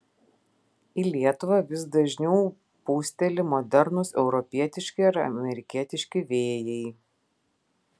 į lietuvą vis dažniau pūsteli modernūs europietiški ar amerikietiški vėjai